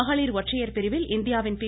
மகளிர் ஒற்றையர் பிரிவில் இந்தியாவின் பி